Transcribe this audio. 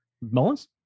Mullins